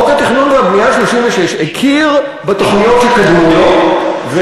חוק התכנון והבנייה 36 הכיר בתוכניות שקדמו לו,